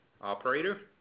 Operator